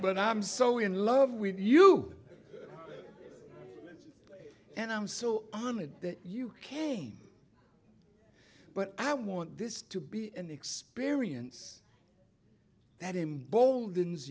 but i'm so in love with you and i'm so honored that you came but i want this to be an experience that im bold